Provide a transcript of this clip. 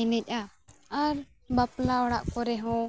ᱮᱱᱮᱡᱟ ᱟᱨ ᱵᱟᱯᱞᱟ ᱚᱲᱟᱜ ᱠᱚᱨᱮᱦᱚᱸ